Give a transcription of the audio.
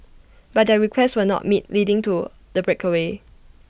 but their requests were not met leading to the breakaway